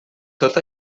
tot